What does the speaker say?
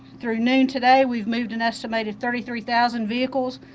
through noon today we've moved an estimated thirty three thousand vehicles.